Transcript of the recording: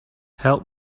help